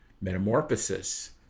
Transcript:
Metamorphosis